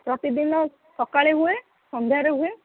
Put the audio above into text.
ପ୍ରତିଦିନ ସକାଳେ ହୁଏ ସନ୍ଧ୍ୟାରେ ହୁଏ